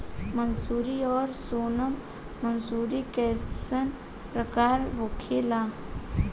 मंसूरी और सोनम मंसूरी कैसन प्रकार होखे ला?